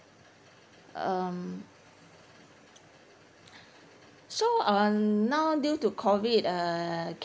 um so uh now due to COVID uh